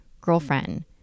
girlfriend